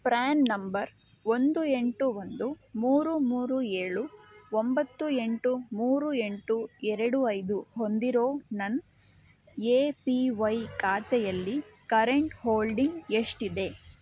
PRAN number ಒಂದು ಎಂಟು ಒಂದು ಮೂರು ಮೂರು ಏಳು ಒಂಬತ್ತು ಎಂಟು ಮೂರು ಎಂಟು ಎರಡು ಐದು ಹೊಂದಿರೋ ನನ್ನ ಎ ಪಿ ವೈ ಖಾತೆಯಲ್ಲಿ ಕರೆಂಟ್ ಹೋಲ್ಡಿಂಗ್ ಎಷ್ಟಿದೆ